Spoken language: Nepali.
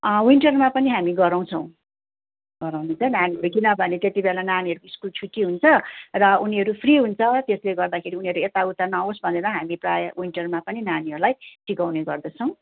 अँ विइन्टरमा पनि हामी गराउँछौँ गराउनु चाहिँ नानीहरू किनभने त्यति बेला नानीहरूक्लो स्कुल छुट्टी हुन्छ र उनीहरू फ्री हुन्छ त्यसले गर्दाखेरि उनीहरू यता उता नहोस् भनेर हामी प्रायः विइन्टरमा पनि नानीहरूलाई सिकाउने गर्दछौँ